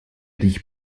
dich